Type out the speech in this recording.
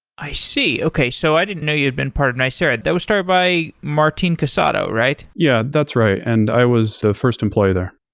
i see. okay, so i didn't know you'd been part of nicira. that was started by martine casado, right? yeah, that's right. and i was the f irst employee there.